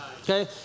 Okay